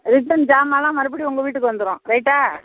return ஜாமான்லாம் மறுபடியும் உங்கள் வீட்டுக்கு வந்துடும் ரைட்டாக